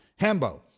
Hembo